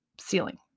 ceiling